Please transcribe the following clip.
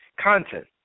content